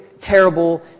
terrible